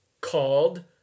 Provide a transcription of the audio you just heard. called